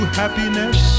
happiness